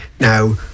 Now